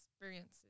experiences